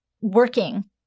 working